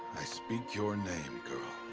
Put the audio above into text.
i speak your name, girl.